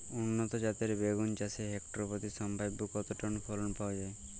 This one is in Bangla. উন্নত জাতের বেগুন চাষে হেক্টর প্রতি সম্ভাব্য কত টন ফলন পাওয়া যায়?